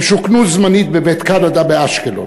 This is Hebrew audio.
הם שוכנו זמנית בבית-קנדה באשקלון.